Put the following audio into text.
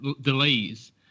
delays